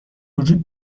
وجود